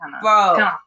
Bro